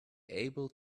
able